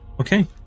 Okay